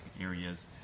areas